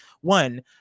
One